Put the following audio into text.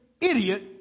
idiot